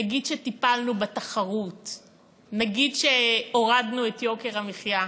נגיד שטיפלנו בתחרות, נגיד שהורדנו את יוקר המחיה,